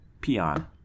peon